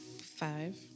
Five